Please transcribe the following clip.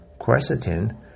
quercetin